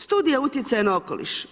Studija utjecaja na okoliš.